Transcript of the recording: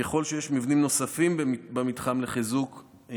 ככל שיש מבנים נוספים לחיזוק במתחם,